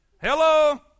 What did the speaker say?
Hello